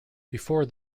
before